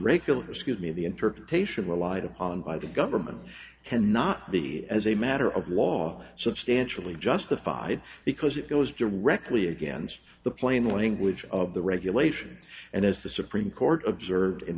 regular school be the interpretation relied upon by the government cannot be as a matter of law substantially justified because it goes directly against the plain language of the regulation and as the supreme court observed